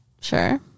Sure